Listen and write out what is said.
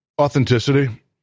Authenticity